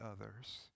others